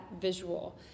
visual